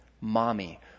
mommy